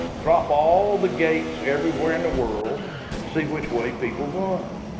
drop all the gates everywhere in the world and see which way people run.